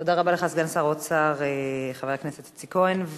תודה רבה לך, סגן שר האוצר חבר הכנסת איציק כהן.